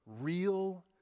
real